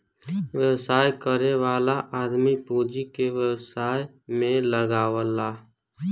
व्यवसाय करे वाला आदमी पूँजी के व्यवसाय में लगावला